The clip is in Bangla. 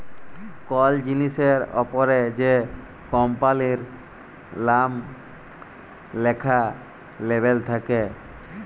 কল জিলিসের অপরে যে কম্পালির লাম ল্যাখা লেবেল থাক্যে